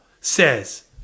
says